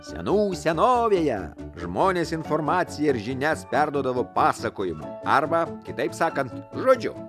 senų senovėje žmonės informaciją ir žinias perduodavo pasakojimu arba kitaip sakant žodžiu